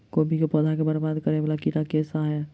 कोबी केँ पौधा केँ बरबाद करे वला कीड़ा केँ सा है?